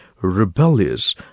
rebellious